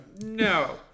No